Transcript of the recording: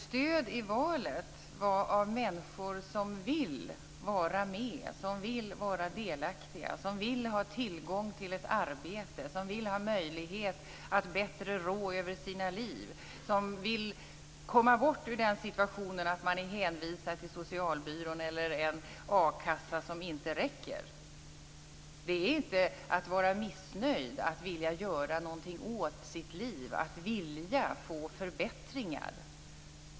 Stödet i valet fick vi av människor som vill vara med, som vill vara delaktiga, som vill ha tillgång till ett arbete, som vill ha möjlighet att bättre rå över sina liv, som vill komma bort ur den situationen att man är hänvisad till socialbyrån eller en a-kassa som inte räcker. Det är inte att vara missnöjd att vilja göra något åt sitt liv, att vilja få förbättringar.